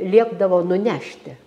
liepdavo nunešti